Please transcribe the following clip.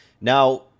Now